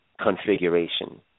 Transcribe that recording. configuration